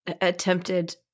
attempted